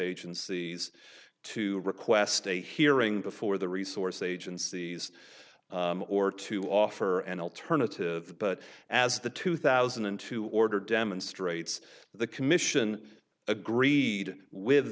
agencies to request a hearing before the resource agencies or to offer an alternative but as the two thousand and two order demonstrates the commission agreed with